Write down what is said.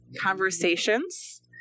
conversations